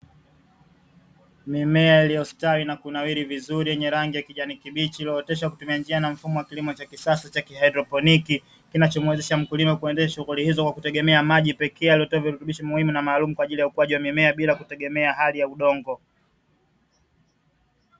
Mimea iliyostawi na kunawiri vizuri yenye rangi ya kijani kibichi, iliyooteshwa kwa kutumia njia mfumo wa kilimo cha kisasa cha kiaidroponi, kinacho muwezesha mkulima kuendesha shughuli hizo kwa kutegemea maji pekee yaletayo virutubisho muhimu, na maalumu kwa ajili ya ukuaji wa mimea bila kutegemea hali ya udongo.